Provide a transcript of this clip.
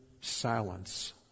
silence